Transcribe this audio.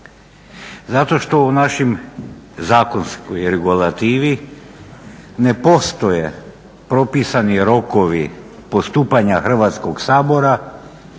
Zato što u našoj zakonskoj regulativi ne postoje propisani rokovi postupanja Hrvatskog sabora